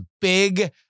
big